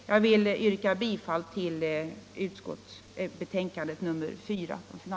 Jag vill yrka bifall till utskottets hemställan i betänkandet nr 4.